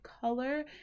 Color